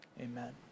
amen